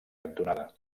cantonada